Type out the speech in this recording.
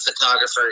photographer